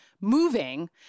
moving